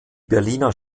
berliner